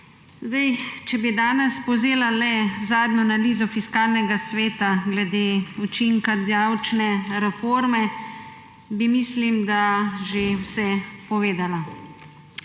Če bi danes povzela le zadnjo analizo Fiskalnega sveta glede učinka davčne reforme, bi, mislim da, že vse povedala.